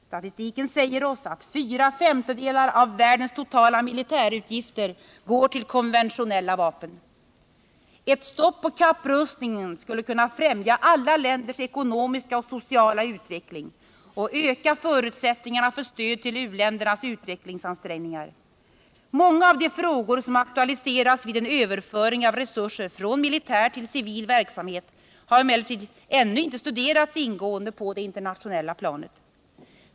Statistiken säger oss att fyra femtedelar av världens totala militärutgifter går till konventionella vapen. Ett stopp på kapprustningen skulle kunna främja alla länders ekonomiska och sociala utveckling och öka förutsättningarna för stöd till u-ländernas utvecklingsansträngningar. Många av de frågor som aktualiseras vid en överföring av resurser från militär till civil verksamhet har emellertid ännu inte studerats ingående på det internationella planet.